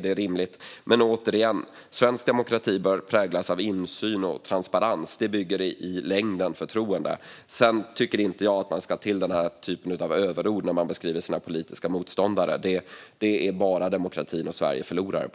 detta rimligt? Återigen: Svensk demokrati bör präglas av insyn och transparens. Det bygger i längden förtroende. Jag tycker inte att man ska ta till denna typ av överord när man beskriver sina politiska motståndare. Det förlorar demokratin och Sverige bara på.